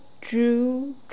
drew